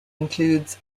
includes